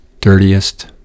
dirtiest